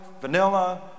vanilla